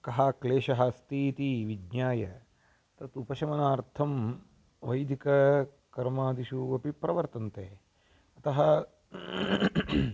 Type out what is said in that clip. कः क्लेशः अस्ति इति विज्ञाय तत् उपशमनार्थं वैदिककर्मादिषु अपि प्रवर्तन्ते अतः